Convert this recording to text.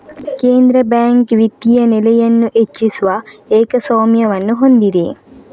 ಕೇಂದ್ರ ಬ್ಯಾಂಕ್ ವಿತ್ತೀಯ ನೆಲೆಯನ್ನು ಹೆಚ್ಚಿಸುವ ಏಕಸ್ವಾಮ್ಯವನ್ನು ಹೊಂದಿದೆ